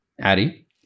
Addy